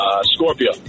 Scorpio